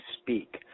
speak